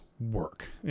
work